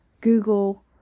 google